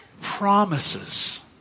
promises